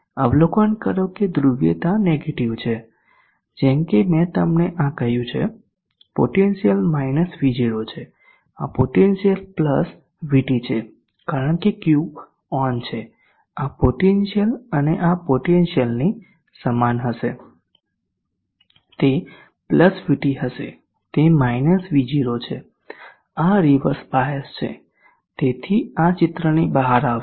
અવલોકન કરો કે ધ્રુવીયતા નેગેટીવ છે જેમ કે મેં તમને કહ્યું છે આ પોટેન્શીયલ V0 છે આ પોટેન્શીયલ VT છે કારણ કે Q ઓન છે આ પોટેન્શીયલ અને આ પોટેન્શીયલ સમાન હશે તે VT હશે તે V0 છે આ રીવર્સ બાયસ છે તેથી આ ચિત્રની બહાર આવશે